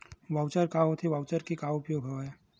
Voucher का होथे voucher के का उपयोग हवय?